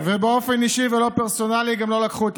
ובאופן אישי ולא פרסונלי גם לא לקחו את